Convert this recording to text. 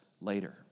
later